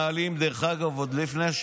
שרון ניר, מה לא בסדר.